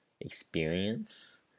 experience